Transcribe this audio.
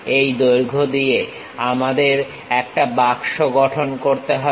এই দৈর্ঘ্য দিয়ে আমাদের একটা বাক্স গঠন করতে হবে